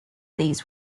these